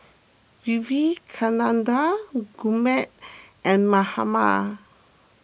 Vivekananda Gurmeet and Mahatma